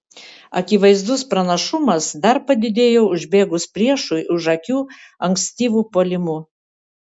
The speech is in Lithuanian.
akivaizdus pranašumas dar padidėjo užbėgus priešui už akių ankstyvu puolimu